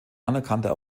anerkannter